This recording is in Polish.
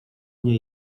nie